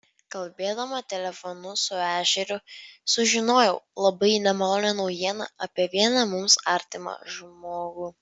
kalbėdama telefonu su ešeriu sužinojau labai nemalonią naujieną apie vieną mums artimą žmogų